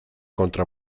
kontra